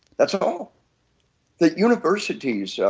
that's all the universities, yeah